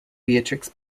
beatrix